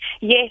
Yes